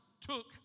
took